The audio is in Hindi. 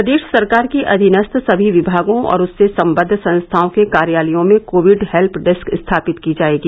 प्रदेश सरकार के अधीनस्थ सभी विभागों और उससे संबद्ध संस्थाओं के कार्यालयों में कोविड हेल्प डेस्क स्थापित की जायेगी